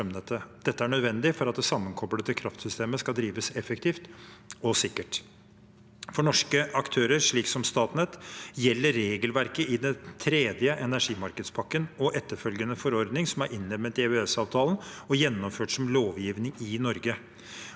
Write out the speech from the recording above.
Dette er nødvendig for at det sammenkoblede kraftsystemet skal drives effektivt og sikkert. For norske aktører, slik som Statnett, gjelder regelverket i den tredje energimarkedspakken og etterfølgende forordning, som er innlemmet i EØS-avtalen og gjennomført som lovgivning i Norge.